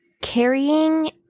carrying